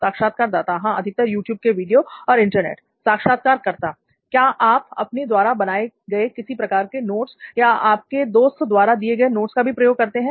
साक्षात्कारदाता हां अधिकतर यूट्यूब के वीडियो और इंटरनेट साक्षात्कारकर्ता क्या आप अपने द्वारा बनाए गए किसी भी प्रकार के नोट्स या आपके दोस्त द्वारा दिए गए नोट्स का भी प्रयोग करते हैं